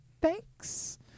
thanks